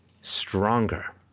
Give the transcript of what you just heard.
stronger